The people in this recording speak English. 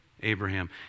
Abraham